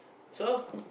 so